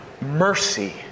Mercy